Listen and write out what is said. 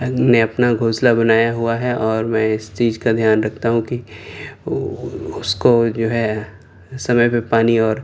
نے اپنا گھونسلہ بنایا ہوا ہے اور میں اس چیز کا دھیان رکھتا ہوں کہ اس کو جو ہے سمے پہ پانی اور